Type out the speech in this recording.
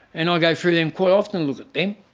and i go through them quite often, look at them,